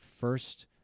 first